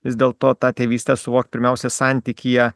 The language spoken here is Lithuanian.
vis dėlto tą tėvystę suvokt pirmiausia santykyje